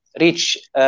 reach